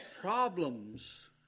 problems